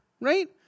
right